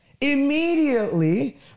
immediately